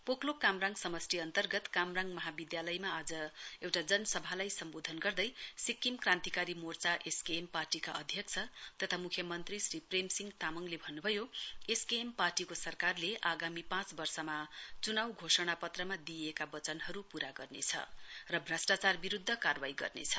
पोकलोक कामराङ समष्टि अन्तर्गत कामराङ महाविधालयमा आज एउटा जनसभालाई सम्वोधन गर्दै सिक्किम क्रान्तिकारी मोर्चा एसकेएम पार्टीका अध्यक्ष तथा म्ख्यमन्त्री श्री प्रेमसिंह तामङले भन्न्भयो एसकेएम पार्टीको सरकारले आगामी पाँच वर्षमा च्नाउ घोषणा पत्रमा दिइएका बचनहरू पूरा गर्नेछ र भ्रष्ट्रचार बिरूद्व कार्रबाई गर्नेछ